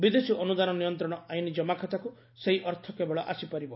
ବିଦେଶୀ ଅନୁଦାନ ନିୟନ୍ତ୍ରଣ ଆଇନ ଜମାଖାତାକୁ ସେହି ଅର୍ଥ କେବଳ ଆସି ପାରିବ